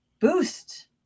Boost